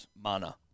Mana